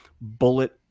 bullet